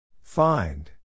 Find